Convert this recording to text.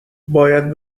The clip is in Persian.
باید